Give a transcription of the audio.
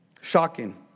Shocking